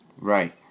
Right